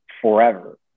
forever